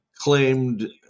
claimed